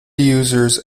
users